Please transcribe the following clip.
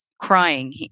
crying